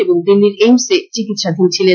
এবং দিল্লীর এইমসে চিকিৎসাধীন ছিলেন